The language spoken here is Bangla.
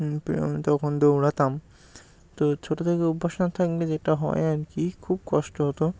তখন দৌড়াতাম তো ছোটো থেকে অভ্যাস না থাকলে যেটা হয় আর কি খুব কষ্ট হতো